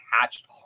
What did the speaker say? hatched